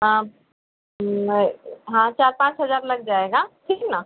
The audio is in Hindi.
हाँ मैं हाँ चार पाँच हज़ार लग जाएगा ठीक है ना